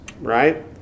right